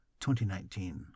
2019